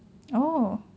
oh